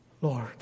Lord